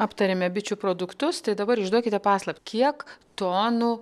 aptarėme bičių produktus tai dabar išduokite paslaptį kiek tonų